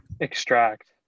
Extract